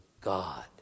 God